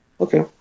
okay